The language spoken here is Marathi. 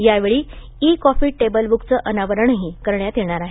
यावेळी इ कॉफी टेबल बुकच अनावरणही करण्यात येणार आहे